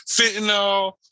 fentanyl